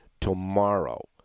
tomorrow